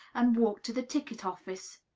and walked to the ticket-office.